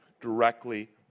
directly